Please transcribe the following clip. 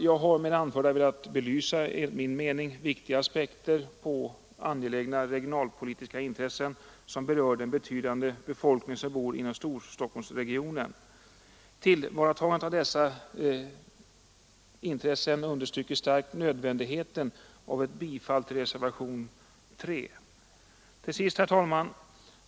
Jag har med det anförda velat belysa enligt min mening viktiga aspekter på angelägna regionalpolitiska intressen, som berör den betydande befolkning som bor inom Storstockholmsregionen. Tillvaratagandet av dessa intressen understryker starkt nödvändigheten av ett bifall till reservationen 3. Till sist, herr talman!